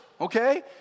okay